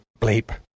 bleep